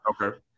Okay